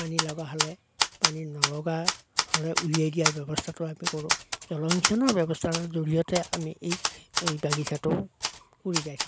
পানী লগা হ'লে পানী নলগা হ'লে উলিয়াই দিয়াৰ ব্যৱস্থাটো আমি কৰোঁ জলসিঞ্চনৰ ব্যৱস্থাৰ জৰিয়তে আমি এই এই বাগিচাটো কৰি যায় থাকোঁ